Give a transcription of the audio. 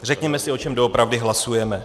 Řekněme si, o čem doopravdy hlasujeme.